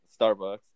Starbucks